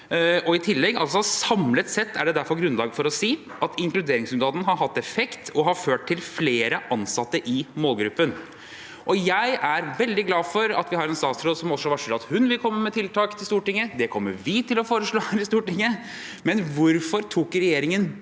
«Samlet sett er det derfor grunnlag for å si at inkluderingsdugnaden har hatt effekt og har ført til flere ansatte i målgruppen.» Jeg er veldig glad for at vi har en statsråd som varsler at hun vil komme med tiltak til Stortinget. Det kommer vi også til å foreslå i Stortinget. Men hvorfor tok regjeringen